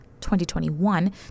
2021